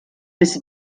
bis